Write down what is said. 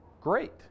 Great